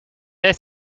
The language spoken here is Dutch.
heeft